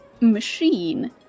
machine